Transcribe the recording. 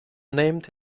named